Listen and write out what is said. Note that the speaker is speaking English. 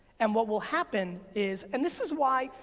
and what will happen is, and this is why,